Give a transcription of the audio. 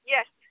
Yes